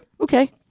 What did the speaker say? Okay